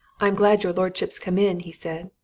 i'm glad your lordship's come in, he said.